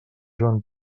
joan